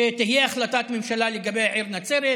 שתהיה החלטת ממשלה על העיר נצרת.